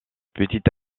petite